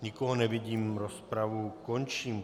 Nikoho nevidím, rozpravu končím.